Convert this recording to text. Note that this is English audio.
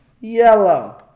Yellow